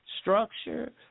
structure